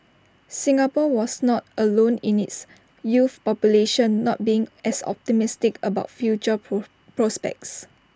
Singapore was not alone in its youth population not being as optimistic about future pro prospects